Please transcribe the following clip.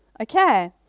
Okay